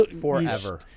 Forever